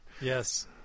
Yes